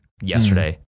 yesterday